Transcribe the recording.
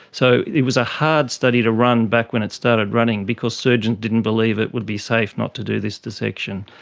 so it was a hard study to run back when it started running because surgeons didn't believe it would be safe not to do this dissection.